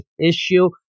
issue